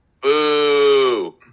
Boo